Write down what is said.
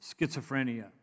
schizophrenia